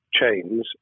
chains